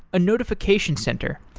a notification center,